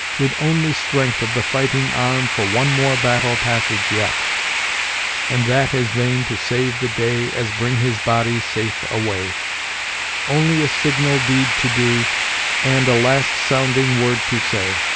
with only strength of the fighting arm for one more battle passage yet and that as vain to save the day as bring his body safe away only a signal deed to do and a last sounding word to say.